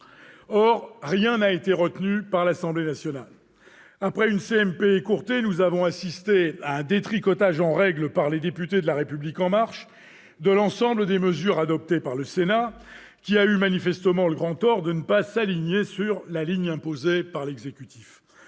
Or rien n'a été retenu par l'Assemblée nationale. Après une commission mixte paritaire écourtée, nous avons assisté à un détricotage en règle, par les députés de La République En Marche, de l'ensemble des mesures adoptées par le Sénat, qui a eu manifestement le grand tort de ne pas s'aligner sur la ligne imposée par l'exécutif.